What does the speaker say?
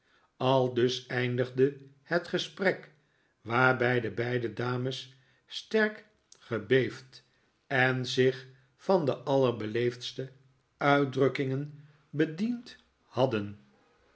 aldus eindigde het gesprek waarbij de v beide dames sterk gebeefd en zich van de allerbeleefdste uitdrukkingen bediend hadnikolaas